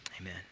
Amen